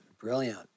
brilliant